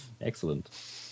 Excellent